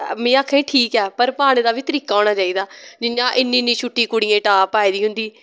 में आक्खानी ठीक ऐ पर पाने दा बी तरीका होना चाहिदा जियां इन्नी इन्नी शुट्टी कुड़ियें टॉप पाई लदी होंदी